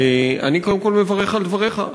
אני קודם כול מברך על דבריך.